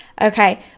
okay